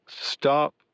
Stop